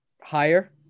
Higher